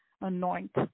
anoint